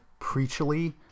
preachily